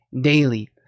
daily